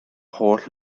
holl